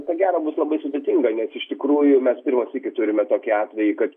ko gero bus labai sudėtinga nes iš tikrųjų mes pirmą sykį turime tokį atvejį kad